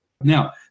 Now